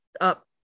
up